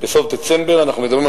ל-15,000 בסוף דצמבר, אנחנו מדברים על